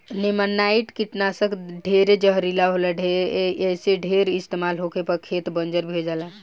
नेमानाइट कीटनाशक ढेरे जहरीला होला ऐसे ढेर इस्तमाल होखे पर खेत बंजर भी हो जाला